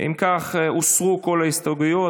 אם כך, הוסרו כל ההסתייגויות.